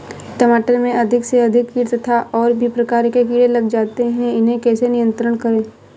टमाटर में अधिक से अधिक कीट तथा और भी प्रकार के कीड़े लग जाते हैं इन्हें कैसे नियंत्रण करें?